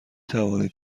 توانید